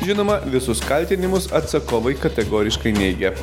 žinoma visus kaltinimus atsakovai kategoriškai neigia